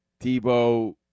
Debo